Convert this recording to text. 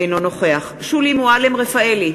אינו נוכח שולי מועלם-רפאלי,